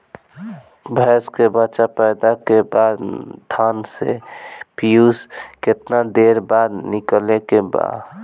भैंस के बच्चा पैदा के बाद थन से पियूष कितना देर बाद निकले के बा?